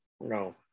No